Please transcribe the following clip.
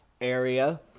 area